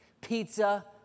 Pizza